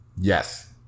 Yes